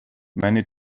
many